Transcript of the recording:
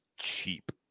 cheap